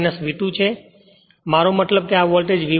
મારો મતલબ અહીં આ વોલ્ટેજ V1 V2 છે અને આ V2 છે